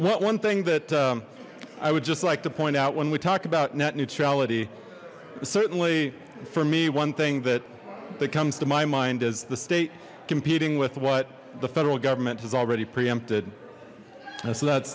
what one thing that i would just like to point out when we talk about net neutrality certainly for me one thing that that comes to my mind is the state competing with what the federal government is already preempted and so that